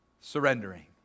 surrendering